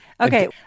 Okay